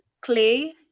Clay